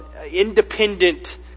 independent